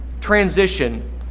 transition